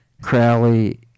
Crowley